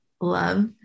love